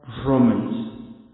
Romans